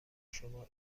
شما